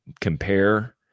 Compare